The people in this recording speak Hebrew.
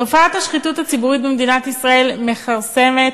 תופעת השחיתות הציבורית במדינת ישראל מכרסמת